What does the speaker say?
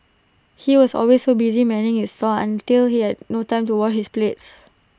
he was always so busy manning his stall until he had no time to wash his plates